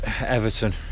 Everton